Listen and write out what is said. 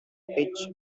pitch